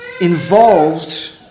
involved